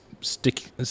Stick